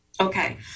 Okay